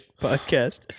podcast